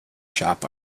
shop